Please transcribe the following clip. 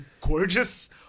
gorgeous